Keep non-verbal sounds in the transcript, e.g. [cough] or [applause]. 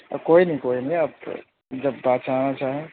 آپ کوئی نہیں کوئی نہیں ارے آپ جب [unintelligible] آنا چاہیں